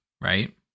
right